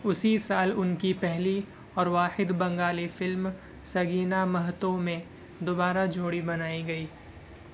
اسی سال ان کی پہلی اور واحد بنگالی فلم سگینا مہتو میں دوبارہ جوڑی بنائی گئی